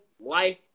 life